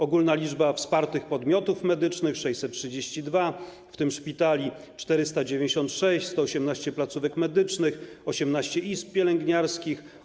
Ogólna liczba wspartych podmiotów medycznych - 632, w tym 496 szpitali, 118 placówek medycznych, 18 izb pielęgniarskich.